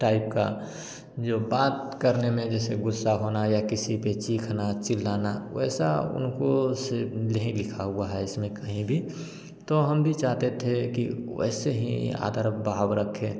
type का जो बात करने में जैसे गुस्सा होना या किसी पर चीखना चिल्लाना वैसा उनको स नहीं लिखा हुआ है इसमें कहीं भी तो हम भी चाहते थे कि वैसे ही आदर भाव रखें